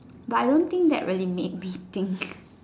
but I don't think that really make me think